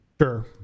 Sure